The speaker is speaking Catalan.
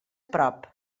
prop